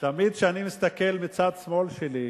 תמיד כשאני מסתכל בצד שמאל שלי,